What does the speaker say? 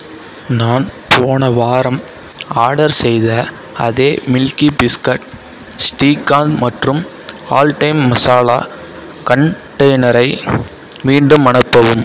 நான் போன வாரம் ஆர்டர் செய்த அதே மில்கி பிஸ்கட் ஸ்ரீகந்த் மற்றும் ஆல் டைம் மசாலா கண்டெய்னரை மீண்டும் அனுப்பவும்